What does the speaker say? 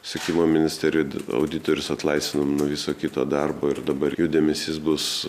sekimo ministerijoj auditorius atlaisvino nuo viso kito darbo ir dabar jų dėmesys bus